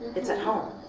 it's at home,